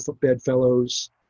bedfellows